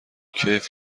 کیف